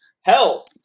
hell